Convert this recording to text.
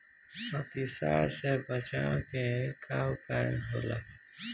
अतिसार से बचाव के उपाय का होला?